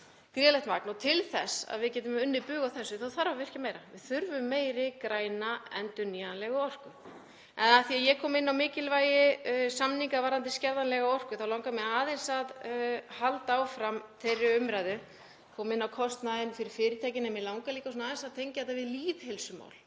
gríðarlegt magn og til þess að við getum unnið bug á þessu þá þarf að virkja meira. Við þurfum meiri græna endurnýjanlega orku. Af því að ég kom inn á mikilvægi samninga varðandi skerðanlega orku þá langar mig aðeins að halda áfram þeirri umræðu. Ég kom inn á kostnaðinn fyrir fyrirtækin en mig langar líka aðeins að tengja þetta við lýðheilsumál.